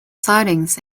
sidings